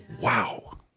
Wow